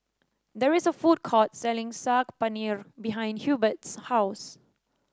there is a food court selling Saag Paneer behind Hubert's house